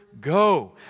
Go